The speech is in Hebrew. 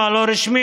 מה לא רשמי,